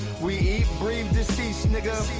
we breathe deceased niggas.